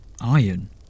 Iron